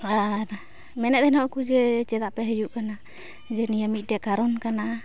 ᱟᱨ ᱢᱮᱱᱮᱫ ᱛᱟᱦᱮᱱᱚᱜᱼᱠᱚ ᱡᱮ ᱪᱮᱫᱟᱜ ᱯᱮ ᱦᱤᱡᱩᱜ ᱠᱟᱱᱟ ᱡᱮ ᱱᱤᱭᱟᱹ ᱢᱤᱫᱴᱮᱱ ᱠᱟᱨᱚᱱ ᱠᱟᱱᱟ